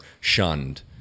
shunned